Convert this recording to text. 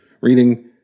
reading